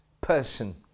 person